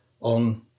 on